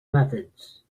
methods